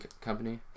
company